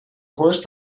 horse